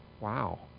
Wow